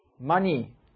money